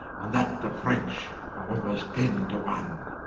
and that the french were almost ten to one,